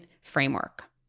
framework